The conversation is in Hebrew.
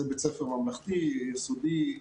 זה בית ספר ממלכתי, יסודי.